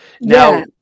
now